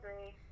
agree